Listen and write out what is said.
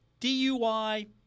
DUI